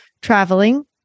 traveling